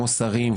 כמו שרים,